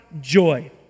joy